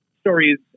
stories